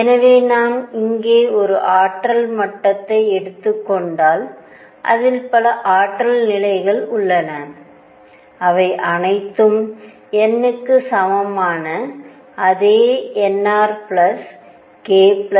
எனவே நான் இங்கே ஒரு ஆற்றல் மட்டத்தை எடுத்துக் கொண்டால் அதில் பல ஆற்றல் நிலைகள் உள்ளனஅவை அனைத்தும் n க்கு சமமான அதே nr k |m|